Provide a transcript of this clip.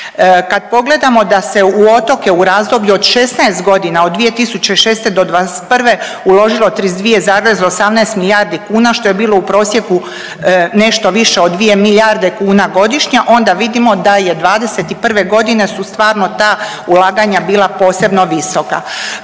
Kad pogledamo da se u otoke u razdoblju od 16.g. od 2006. do '21. uložilo 32,18 milijardi kuna, što je bilo u prosjeku nešto više od 2 milijarde kuna godišnje onda vidimo da je '21.g. su stvarno ta ulaganja bila posebno visoka.